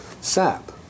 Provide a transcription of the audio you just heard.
Sap